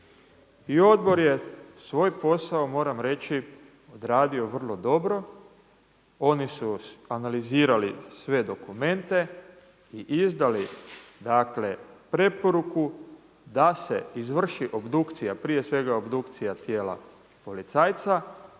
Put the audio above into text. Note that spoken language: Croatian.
I odbor je svoj posao moram reći odradio vrlo dobro. Oni su izanalizirali sve dokumente i izdali preporuku da se izvrši obdukcija, prije svega obdukcija tijela policajca